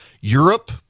Europe